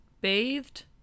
bathed